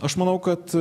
aš manau kad